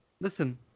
Listen